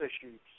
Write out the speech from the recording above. issues